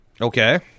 Okay